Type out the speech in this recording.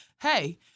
Hey